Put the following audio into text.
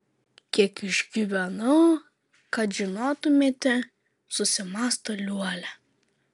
kiek išgyvenau kad žinotumėte susimąsto liuolia